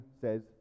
says